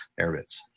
AirBits